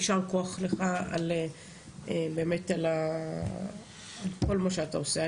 יישר כוח לך על כל מה שאתה עושה.